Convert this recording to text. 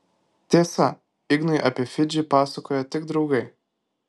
tiesa ignui apie fidžį pasakojo tik draugai